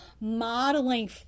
modeling